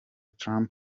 trump